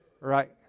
Right